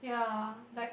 yeah like